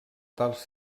tals